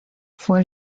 fue